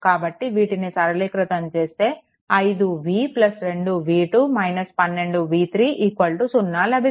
కాబట్టి వీటిని సరళీకృతం చేస్తే 5v 2v2 12v3 0 లభిస్తుంది